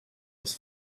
was